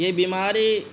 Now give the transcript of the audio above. یہ بیماری